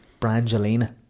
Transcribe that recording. Brangelina